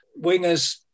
wingers